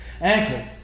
ankle